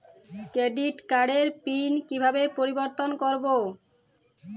Credit কার্ডের pin কিভাবে পরিবর্তন করবো?